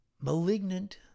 malignant